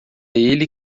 ele